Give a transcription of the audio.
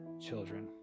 children